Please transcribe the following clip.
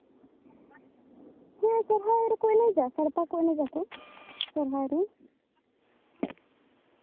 ᱦᱮᱸ ᱥᱚᱨᱦᱟᱭ ᱨᱮᱠᱚ ᱮᱱᱮᱡᱟ ᱥᱟᱲᱯᱟ ᱥᱟᱲᱯᱟ ᱠᱚ ᱮᱱᱮᱡᱟ ᱠᱚ ᱥᱚᱨᱦᱟᱭᱨᱮ